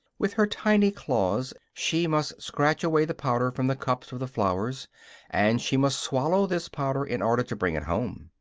with her tiny claws she must scratch away the powder from the cups of the flowers and she must swallow this powder in order to bring it home.